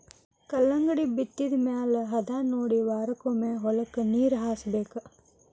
ಕಲ್ಲಂಗಡಿ ಬಿತ್ತಿದ ಮ್ಯಾಲ ಹದಾನೊಡಿ ವಾರಕ್ಕೊಮ್ಮೆ ಹೊಲಕ್ಕೆ ನೇರ ಹಾಸಬೇಕ